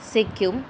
Sikkim